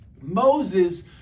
moses